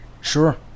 Sure